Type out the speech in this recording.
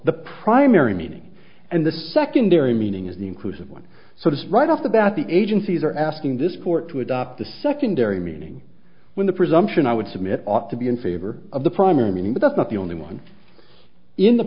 the primary meaning and the secondary meaning of the inclusive one so it's right off the bat the agencies are asking this court to adopt the secondary meaning when the presumption i would submit ought to be in favor of the primary meaning but that's not the only one in the